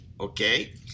okay